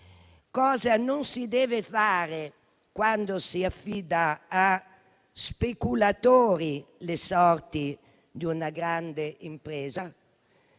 cosa non si deve fare quando si affidano a speculatori le sorti di una grande impresa